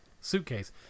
suitcase